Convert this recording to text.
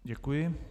Děkuji.